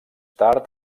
tard